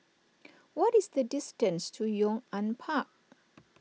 what is the distance to Yong An Park